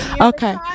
Okay